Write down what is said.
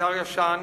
קטר ישן,